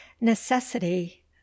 Necessity